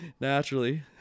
naturally